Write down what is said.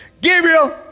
Gabriel